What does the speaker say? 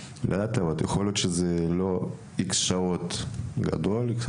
יכול להיות שהיא לא דורשת מספר שעות גדול; אולי